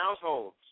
households